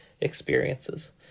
experiences